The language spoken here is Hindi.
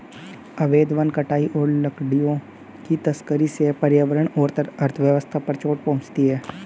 अवैध वन कटाई और लकड़ियों की तस्करी से पर्यावरण और अर्थव्यवस्था पर चोट पहुँचती है